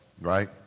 Right